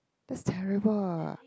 that's terrible